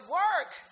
work